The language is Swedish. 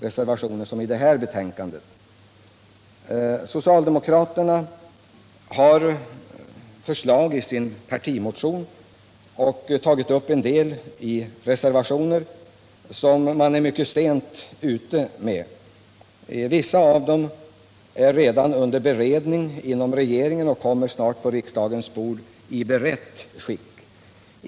för att främja Socialdemokraterna har framlagt förslag i sin partimotion och följt upp sysselsättningen några i reservationer. Men man är mycket sent ute. Vissa förslag bereds redan av regeringen och kommer snart på riksdagens bord i berett skick.